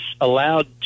allowed